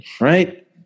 right